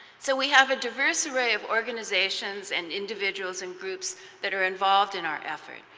so we have a diverse array of organizations and individuals and groups that are involved in our effort.